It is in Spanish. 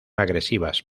agresivas